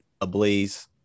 ablaze